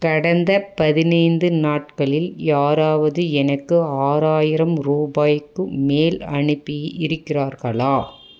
கடந்த பதினைந்து நாட்களில் யாராவது எனக்கு ஆறாயிரம் ரூபாய்க்கு மேல் அனுப்பி இருக்கிறார்களா